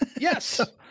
Yes